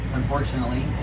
unfortunately